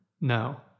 no